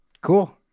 Cool